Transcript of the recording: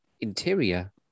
Interior